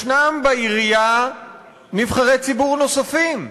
ישנם בעירייה נבחרי ציבור נוספים,